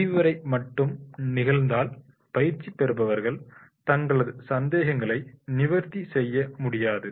விரிவுரை மட்டும் நிகழ்ந்தால் பயிற்சி பெறுபவர்கள் தங்களது சந்தேகங்களை நிவர்த்தி செய்ய முடியாது